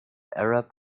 arab